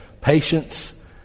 patience